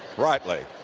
right leg,